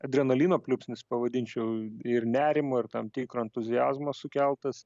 adrenalino pliūpsnis pavadinčiau ir nerimo ir tam tikro entuziazmo sukeltas